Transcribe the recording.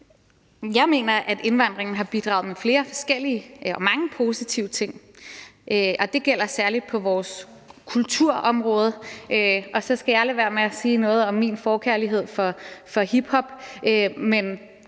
Jeg mener, at indvandringen har bidraget med mange forskellige positive ting. Det gælder særlig på vores kulturområde, og så skal jeg lade være med at sige noget om min forkærlighed for hiphop,